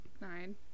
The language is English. nine